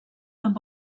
amb